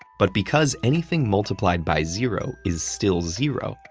but because anything multiplied by zero is still zero,